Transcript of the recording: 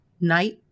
night